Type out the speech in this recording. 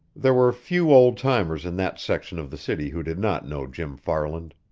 there were few old-timers in that section of the city who did not know jim farland.